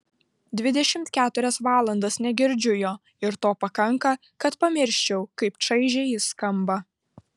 dvidešimt keturias valandas negirdžiu jo ir to pakanka kad pamirščiau kaip čaižiai jis skamba